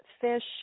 fish